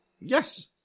Yes